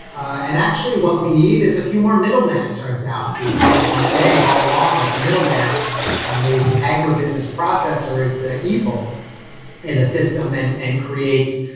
and actually what we need is a few more middlemen, it turns out. we've we've been saying all along that the middlemen and the agro business processor is the evil in the system and and creates